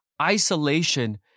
Isolation